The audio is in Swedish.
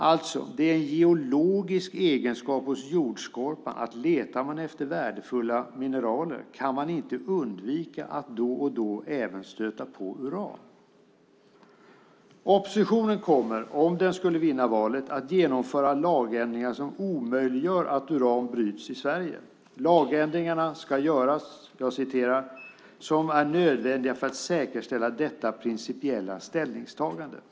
Alltså, det är en geologisk egenskap hos jordskorpan att om man letar efter värdefulla mineraler kan man inte undvika att då och då även stöta på uran. Oppositionen kommer, om den skulle vinna valet, att genomföra lagändringar som omöjliggör att uran bryts i Sverige. Lagändringar ska göras "som är nödvändiga för att säkerställa detta principiella ställningstagande".